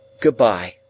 good-bye